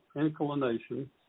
inclination